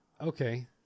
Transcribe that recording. okay